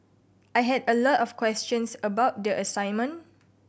I had a lot of questions about the assignment